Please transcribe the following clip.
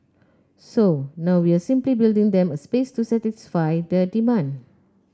so now we're simply building them a space to satisfy the demand